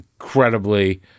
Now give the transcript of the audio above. incredibly